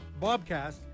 bobcast